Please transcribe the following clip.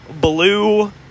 blue